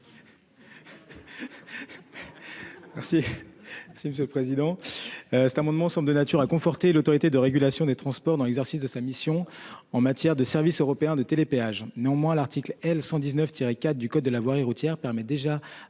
Si Monsieur le Président.